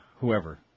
whoever